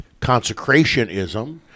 consecrationism